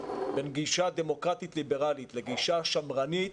בין גישה דמוקרטית-ליברלית לגישה שמרנית,